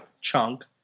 chunk